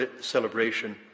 celebration